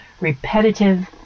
repetitive